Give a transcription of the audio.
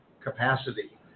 capacity